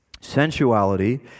sensuality